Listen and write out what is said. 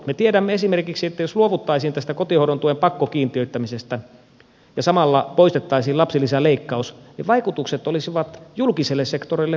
me tiedämme esimerkiksi että jos luovuttaisiin tästä kotihoidon tuen pakkokiintiöittämisestä ja samalla poistettaisiin lapsilisäleikkaus niin vaikutukset olisivat julkiselle sektorille positiiviset